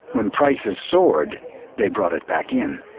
when prices soared they brought it back in.